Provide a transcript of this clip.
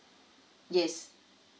yes